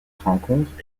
rencontres